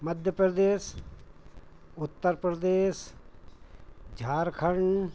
Madhya Pradesh Uttar Pradesh Jharkhand